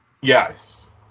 Yes